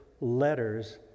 letters